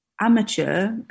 amateur